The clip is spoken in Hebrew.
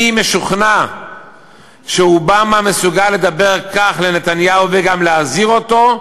אני משוכנע שאובמה מסוגל לדבר כך אל נתניהו וגם להזהיר אותו,